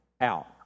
out